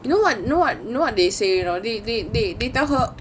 you know what you know what they say or not they they they they tell her